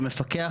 המפקח,